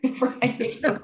right